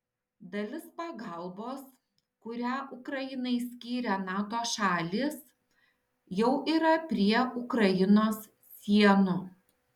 dalis pagalbos kurią ukrainai skyrė nato šalys jau yra prie ukrainos sienų